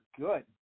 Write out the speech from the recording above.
good